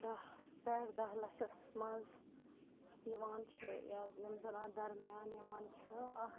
دَہَس پٮ۪ٹھ دَہ لَچھَس منٛز یِوان چھِ یا یِم زَن اتھ درمیان یِوان چھِ اَکھ